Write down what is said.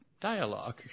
Dialogue